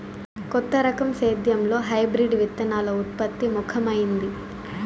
కొత్త రకం సేద్యంలో హైబ్రిడ్ విత్తనాల ఉత్పత్తి ముఖమైంది